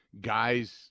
guys